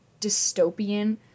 dystopian